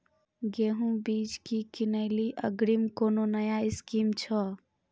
गेहूँ बीज की किनैली अग्रिम कोनो नया स्कीम छ?